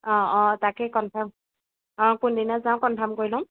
অঁ অঁ তাকে কনফাৰ্ম অঁ কোনদিনা যাওঁ কনফাৰ্ম কৰি ল'ম